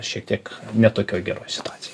šiek tiek ne tokioj geroj situacijoj